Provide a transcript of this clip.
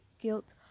guilt